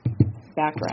background